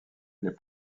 les